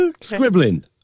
Scribbling